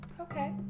Okay